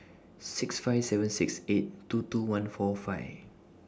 six five seven six eight two two one four five